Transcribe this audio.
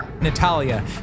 Natalia